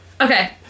Okay